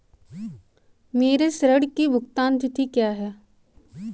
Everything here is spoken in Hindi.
मेरे ऋण की भुगतान तिथि क्या है?